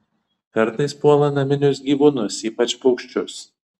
kartais puola naminius gyvūnus ypač paukščius